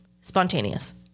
spontaneous